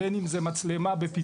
בין אם זה מצלמה בפיצוציה,